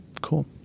cool